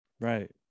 right